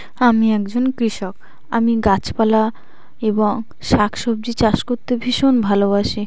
আমি একজন কৃষক আমি গাছপালা এবং শাক সবজি চাষ করতে ভীষণ ভালোবাসি